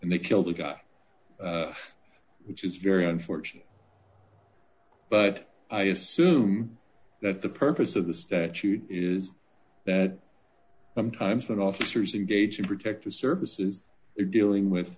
and they killed a guy which is very unfortunate but i assume that the purpose of the statute is that sometimes when officers engage in protective services it dealing with